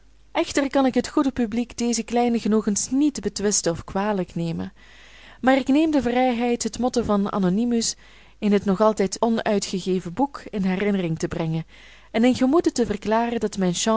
echter kan ik het goede publiek deze kleine genoegens niet betwisten of kwalijk nemen maar ik neem de vrijheid het motto van anonymus in het nog altijd onuitgegeven boek in herinnering te brengen en in gemoede te verklaren dat mijn